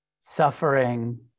Suffering